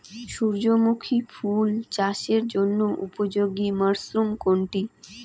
সূর্যমুখী ফুল চাষের জন্য উপযোগী মরসুম কোনটি?